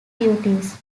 duties